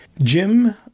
Jim